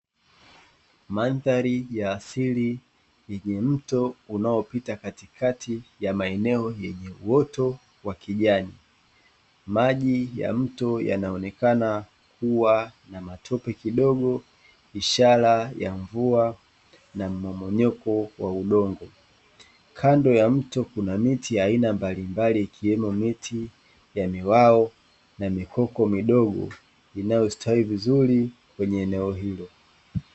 Mandhari ya asili yenye mto unaopita katikati ya maeneo yenye uoto wa kijani, maji ya mto yanaonekana kuwa na tope kidogo ishara ya mvua na mmomonyoko wa udongo , kando ya mto kuna miti ya aina mbalimbali ikiwemo miti ya miwao na mikoko midogo unayostawi vizuri kwenye eneo hilo.